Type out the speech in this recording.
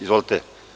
Izvolite.